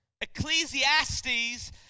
Ecclesiastes